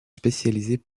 spécialisées